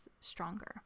stronger